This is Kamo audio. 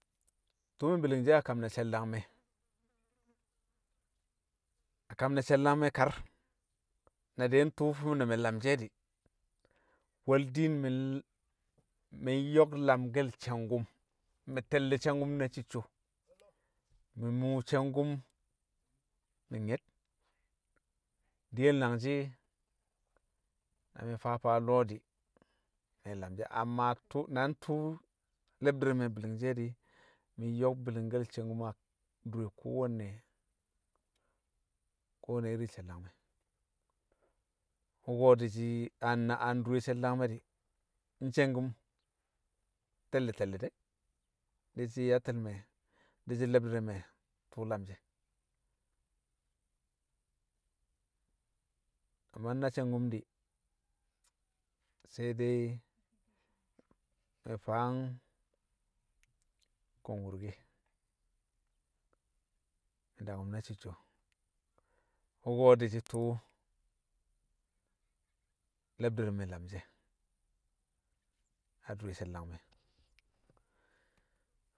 Tṵṵ mi̱ bi̱li̱ngshi̱ a kam ne̱ she̱l- dangme̱. A kam ne̱ she̱l- dangme̱ kar na dai ntṵṵ fi̱m ne̱ me̱ lamshi̱ e̱ di̱, wẹl diin mi̱l, mi̱ nyo̱k lamke̱l sangkun. Mi̱ te̱lli̱ sangkum na ci̱cco̱, mi̱ mṵṵ sangkum mi̱ nyed. Diyel nangshi̱ na mi̱ faa faa lo̱ di̱ me̱ lamshi̱. Amma tu̱u̱ na ntṵṵ lebdi̱r re̱ me̱ bi̱li̱ng she̱ di̱, mi̱ nyo̱k bi̱li̱ngke̱l sangkṵm adure kowanne, kowanne irin she̱l- dangme̱. Wṵko̱ di̱shi̱ an na a ndure she̱l--dangmẹ di̱, nsangkum te̱lli̱ te̱lli̱ de̱ di̱shi̱ yatti̱l me̱ di̱shi̱ le̱bdi̱r re̱ me̱ tṵṵ lamshi̱ e̱. Na banda sangukm di̱, sa dai mi̱ faa kong wurke mi̱, dakṵm na ci̱cco̱ wṵko̱ di̱shi̱ tṵṵ le̱bdɪr re̱ me̱ lamshi̱ e̱ adure she̱l- dangme̱